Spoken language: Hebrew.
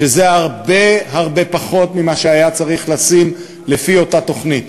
שזה הרבה הרבה פחות ממה שהיה צריך לשים לפי אותה תוכנית.